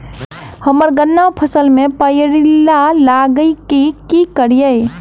हम्मर गन्ना फसल मे पायरिल्ला लागि की करियै?